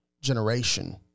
generation